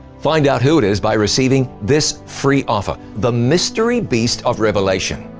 find out who it is by receiving this free offer, the mystery beast of revelation.